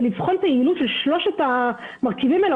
וצריך לבחון את היעילות של שלושת המרכיבים האלה,